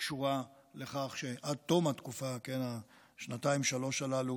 קשורה לכך שעד תום התקופה, השנתיים-שלוש הללו